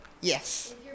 Yes